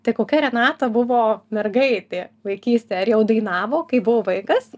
tai kokia renata buvo mergaitė vaikystėje ar jau dainavo kai buvo vaikas